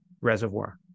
reservoir